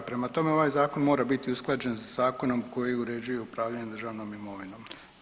Prema tome, ovaj zakon mora biti usklađen sa zakonom koji uređuje upravljanje državnom imovinom.